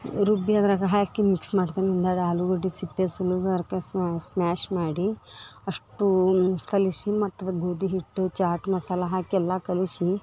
ರುಬ್ಬಿ ಅದ್ರಗ ಹಾಕಿ ಮಿಕ್ಸ್ ಮಾಡ್ತೀನಿ ಒಂದೆರಡು ಆಲುಗಡ್ಡೆ ಸಿಪ್ಪೆ ಸುಲುದ ಅರ್ಕೆ ಸ್ಮ್ಯಾಷ್ ಮಾಡಿ ಅಷ್ಟೂ ಕಲಿಸಿ ಮತ್ತು ಗೋದಿ ಹಿಟ್ಟು ಚಾಟ್ ಮಸಾಲೆ ಹಾಕಿ ಎಲ್ಲಾ ಕಲಿಸಿ